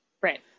Right